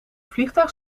vliegtuig